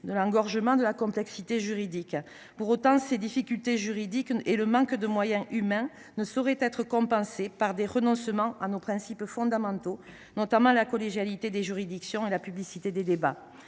à l’engorgement et à la complexité juridique. Pour autant, ces difficultés juridiques et le manque de moyens humains ne sauraient être compensés par le renoncement à nos principes fondamentaux, notamment la collégialité des juridictions et la publicité des débats.